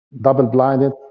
double-blinded